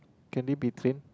can it be train